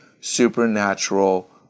supernatural